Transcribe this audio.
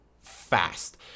fast